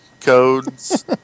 codes